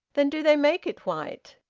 then do they make it white?